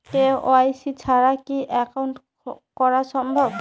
KYC ছাড়া কি account করা সম্ভব?